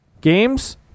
games